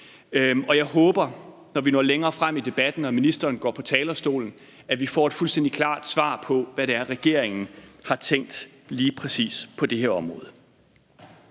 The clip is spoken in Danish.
Og jeg håber, at vi, når vi når længere frem i debatten og ministeren går på talerstolen, får et fuldstændig klart svar på, hvad det er, regeringen har tænkt lige præcis på det her område.